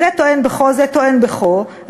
זה טוען בכה זה טוען בכה,